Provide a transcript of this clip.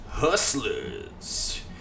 hustlers